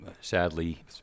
sadly